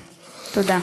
תודה.